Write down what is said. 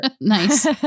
Nice